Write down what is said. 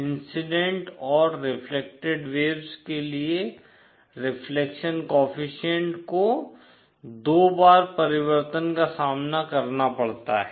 incident और reflected waves के लिए रिफ्लेक्शन कोएफ़िशिएंट को दो बार परिवर्तन का सामना करना पड़ता है